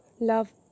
love